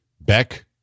Beck